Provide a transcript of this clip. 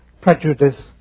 prejudice